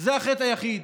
זה החטא היחיד,